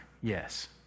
yes